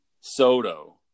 Soto